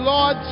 Lord